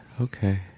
Okay